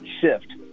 shift